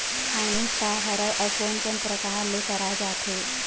Finance का हरय आऊ कोन कोन प्रकार ले कराये जाथे?